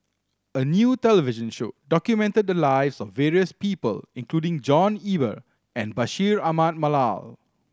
a new television show documented the lives of various people including John Eber and Bashir Ahmad Mallal